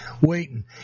waiting